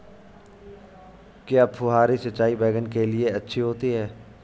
क्या फुहारी सिंचाई बैगन के लिए अच्छी होती है?